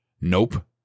Nope